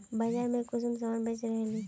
बाजार में कुंसम सामान बेच रहली?